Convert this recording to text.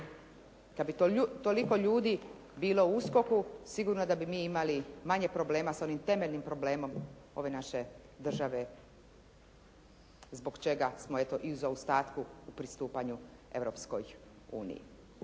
Kad bi toliko ljudi bilo u USKOK-u sigurno da bi mi imali manje problema s onim temeljnim problemom ove naše države zbog čega smo eto i u zaostatku u pristupanju Europskoj uniji.